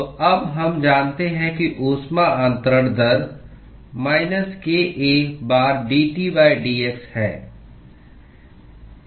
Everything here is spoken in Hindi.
तो अब हम जानते हैं कि ऊष्मा अंतरण दर माइनस kA बार dT dx है